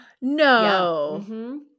No